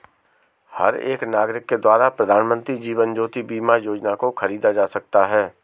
हर एक नागरिक के द्वारा प्रधानमन्त्री जीवन ज्योति बीमा योजना को खरीदा जा सकता है